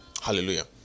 Hallelujah